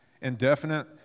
indefinite